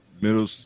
middle